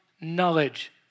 knowledge